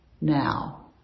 now